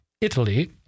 Italy